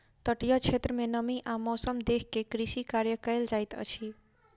तटीय क्षेत्र में नमी आ मौसम देख के कृषि कार्य कयल जाइत अछि